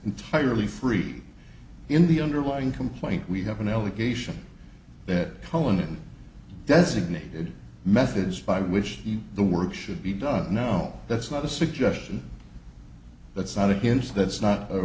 entirely free in the underlying complaint we have an allegation that calling it designated methods by which you the work should be done no that's not a suggestion that's not against that's not